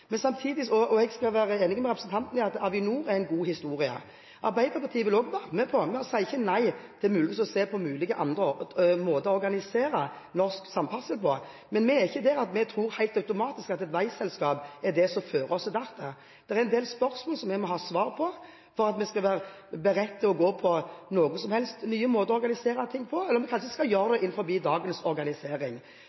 Men vi er ikke der at vi tror at veiselskap – helt automatisk – er det som fører oss dertil. Det er en del spørsmål som vi må ha svar på, for at vi skal være beredt til å gå med på noe som helst; nye måter å organisere på, eller om man kanskje skal gjøre